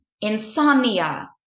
insomnia